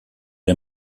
der